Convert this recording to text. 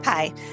Hi